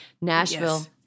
Nashville